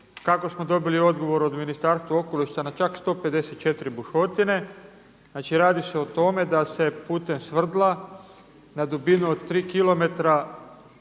kako smo dobili odgovor od Ministarstva okoliša na čak 154 bušotine. Znači radi se o tome da se putem svrdla na dubinu od 3km